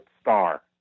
star